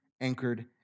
anchored